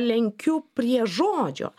lenkiu prie žodžio